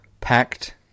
packed